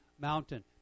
mountain